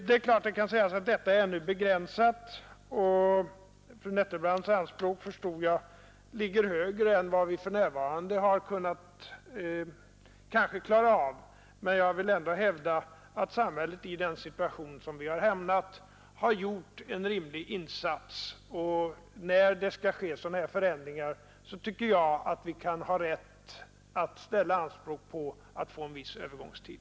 Det är klart att det kan sägas att utbildningen är begränsad, och fru Nettelbrandts anspråk, såvitt jag förstår, ligger högre än vi för närvarande kanske kan klara av. Men jag vill ändå hävda att samhället i den situationen som vi har hamnat i gjort en rimlig insats. När det skall ske sådana här förändringar, tycker jag att vi har rätt att ställa anspråk på att man får en viss övergångstid.